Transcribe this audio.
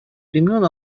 времен